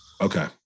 Okay